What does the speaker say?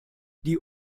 die